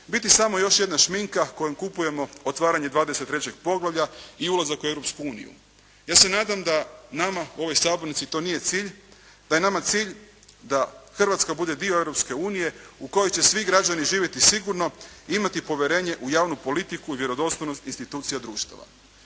biti samo još jedna šminka kojom kupujemo otvaranje 23. poglavlja i ulazak u Europsku uniju. Ja se nadam da nama u ovoj sabornici to nije cilj, da je nama cilj da Hrvatska bude dio Europske unije u kojoj će svi građani živjeti sigurno i imati povjerenje u javnu politiku i vjerodostojnost institucija društava.